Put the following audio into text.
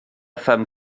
femme